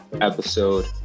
episode